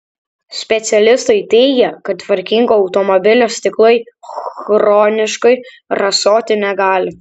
specialistai teigia kad tvarkingo automobilio stiklai chroniškai rasoti negali